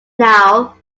now